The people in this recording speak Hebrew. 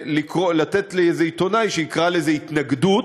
לתת לאיזה עיתונאי שיקרא לזה התנגדות,